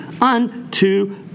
unto